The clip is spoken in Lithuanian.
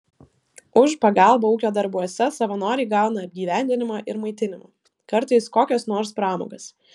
už pagalbą ūkio darbuose savanoriai gauna apgyvendinimą ir maitinimą kartais kokias nors pramogas